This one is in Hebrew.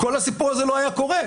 כל הסיפור הזה לא היה קורה.